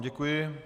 Děkuji.